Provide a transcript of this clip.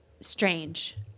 strange